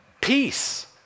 Peace